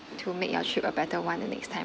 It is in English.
to make your trip a better one the next time